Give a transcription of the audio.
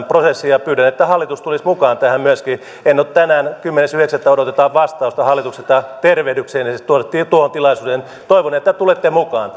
prosessin ja pyydän että myöskin hallitus tulisi tähän mukaan tänään kymmenes yhdeksättä odotetaan vastausta hallitukselta tervehdystä tuohon tilaisuuteen toivon että tulette mukaan